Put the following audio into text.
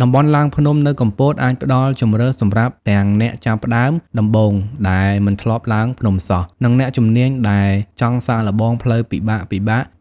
តំបន់ឡើងភ្នំនៅកំពតអាចផ្ដល់ជម្រើសសម្រាប់ទាំងអ្នកចាប់ផ្តើមដំបូងដែលមិនធ្លាប់ឡើងភ្នំសោះ និងអ្នកជំនាញដែលចង់សាកល្បងផ្លូវពិបាកៗ